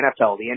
NFL